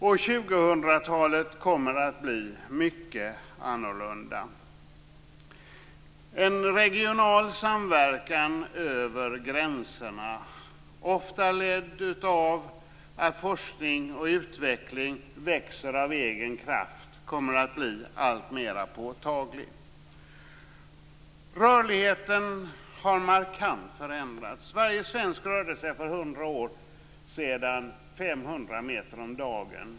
2000-talet kommer att bli mycket annorlunda. En regional samverkan över gränserna, ofta ledd av att forskning och utveckling växer av egen kraft, kommer att bli alltmer påtaglig. Rörligheten har markant förändrats. Varje svensk rörde sig för 100 år sedan 500 meter om dagen.